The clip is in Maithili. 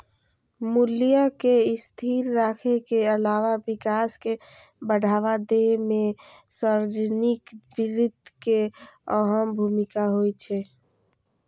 मूल्य कें स्थिर राखै के अलावा विकास कें बढ़ावा दै मे सार्वजनिक वित्त के अहम भूमिका होइ छै